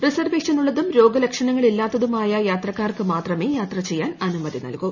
റിസർവേഷനുള്ളതും രോഗലക്ഷണങ്ങളില്ലാത്തതുമായ യാത്രക്കാരെ മാത്രമേ യാത്ര ചെയ്യാൻ അനുമതി നൽകൂ